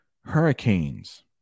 Hurricanes